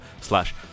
slash